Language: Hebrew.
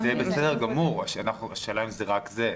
זה בסדר גמור, השאלה אם זה רק זה.